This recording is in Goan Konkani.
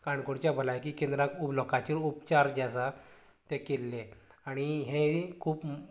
काणकोणच्या भलायकी केंद्राक लोकाचेर उपचार जे आसा तें केल्ले आणी हेंयी खूब